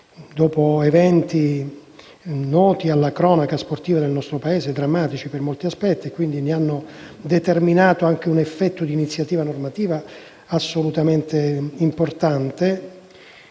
dopo eventi noti alla cronaca sportiva del nostro Paese, per molti aspetti drammatici, che quindi hanno determinato anche un effetto di iniziativa normativa assolutamente importante,